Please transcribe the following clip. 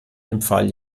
empfahl